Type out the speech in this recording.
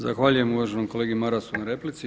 Zahvaljujem uvaženom kolegi Marasu na replici.